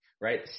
right